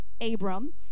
Abram